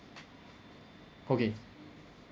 okay